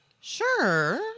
Sure